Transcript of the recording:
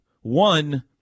One